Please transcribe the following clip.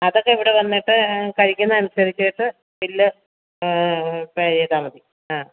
അതൊക്കെ ഇവിടെ വന്നിട്ട് കഴിക്കുന്നതിന് അനുസരിച്ചിട്ട് ബില്ല് പേ ചെയ്താൽ മതി ആ